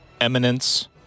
Eminence